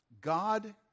God